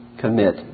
commit